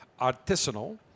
Artisanal